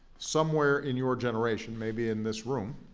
somewhere in your generation, maybe in this room,